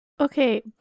Okay